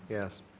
yes.